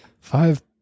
five